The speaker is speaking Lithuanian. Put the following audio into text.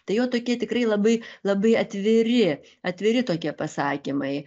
tai jo tokie tikrai labai labai atviri atviri tokie pasakymai